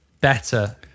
better